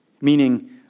meaning